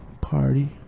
party